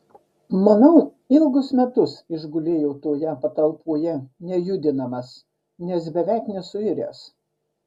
manau ilgus metus išgulėjo toje patalpoje nejudinamas nes beveik nesuiręs